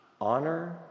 honor